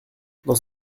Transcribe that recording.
dans